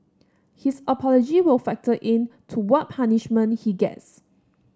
his apology will factor in to what punishment he gets